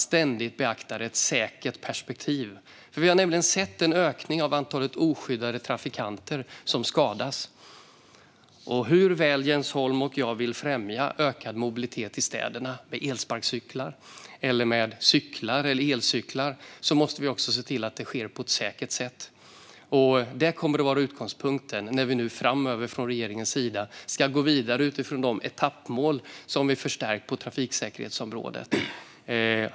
Vi har nämligen sett en ökning av antalet oskyddade trafikanter som skadas, och hur väl Jens Holm och jag än vill främja ökad mobilitet i städerna med elsparkcyklar, cyklar eller elcyklar måste vi också se till att det sker på ett säkert sätt. Det kommer att vara utgångspunkten när regeringen framöver ska gå vidare utifrån de etappmål som vi förstärkt på trafiksäkerhetsområdet.